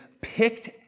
picked